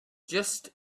just